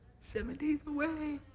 seven days away.